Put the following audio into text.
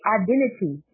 identity